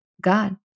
God